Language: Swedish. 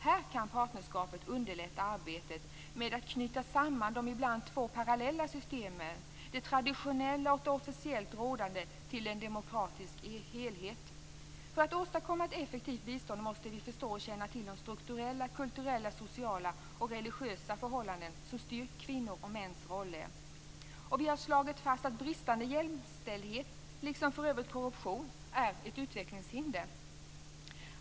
Här kan partnerskapet underlätta arbetet med att knyta samman de ibland två parallella systemen - det traditionella och det officiellt rådande - till en demokratisk helhet. För att åstadkomma ett effektivt bistånd måste vi förstå och känna till de strukturella, kulturella, sociala och religiösa förhållanden som styr kvinnors och mäns roller. Vi har slagit fast att bristande jämställdhet, liksom för övrigt korruption, är ett utvecklingshinder.